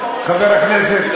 חבר הכנסת,